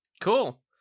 Cool